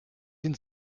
den